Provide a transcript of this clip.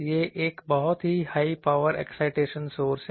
यह एक बहुत ही हाई पावर एक्साइटेशन सोर्स है